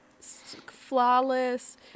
flawless